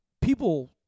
people